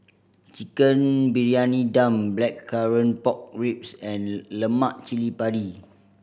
Chicken Briyani Dum Blackcurrant Pork Ribs and lemak cili padi